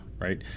right